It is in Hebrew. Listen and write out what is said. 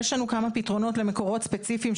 יש לנו כמה פתרונות למקורות ספציפיים,